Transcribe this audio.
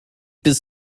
bis